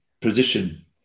position